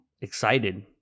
excited